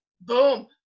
Boom